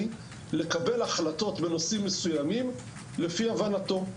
לקבל החלטות בנושאים מסוימים לפי הבנתו.